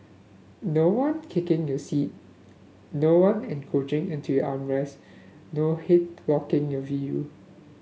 no one kicking your seat no one encroaching into your arm rests no head blocking your view